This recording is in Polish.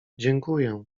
dziękuję